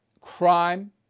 crime